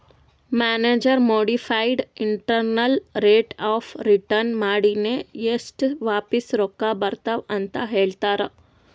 manager modified internal rate of return ಮಾಡಿನೆ ಎಸ್ಟ್ ವಾಪಿಸ್ ರೊಕ್ಕಾ ಬರ್ತಾವ್ ಅಂತ್ ಹೇಳ್ತಾರ್